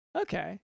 okay